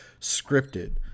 scripted